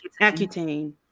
accutane